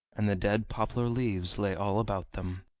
and the dead poplar leaves lay all about them.